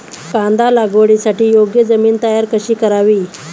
कांदा लागवडीसाठी योग्य जमीन तयार कशी करावी?